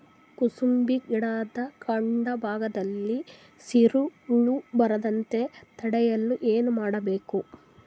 ಕುಸುಬಿ ಗಿಡದ ಕಾಂಡ ಭಾಗದಲ್ಲಿ ಸೀರು ಹುಳು ಬರದಂತೆ ತಡೆಯಲು ಏನ್ ಮಾಡಬೇಕು?